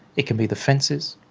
it can be the fences.